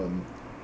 um